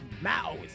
Mouse